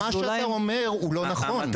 אבל מה שאתה אומר הוא לא נכון,